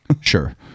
Sure